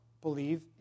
believe